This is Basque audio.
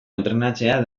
entrenatzea